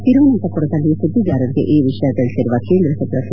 ತಿರುವನಂತಪುರದಲ್ಲಿ ಸುದ್ದಿಗಾರರಿಗೆ ಈ ವಿಷಯ ತಿಳಿಸಲಿರುವ ಕೇಂದ್ರ ಸಚವ ಕೆ